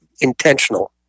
intentional